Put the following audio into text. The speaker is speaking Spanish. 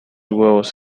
huevos